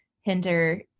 hinder